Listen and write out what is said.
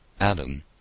Adam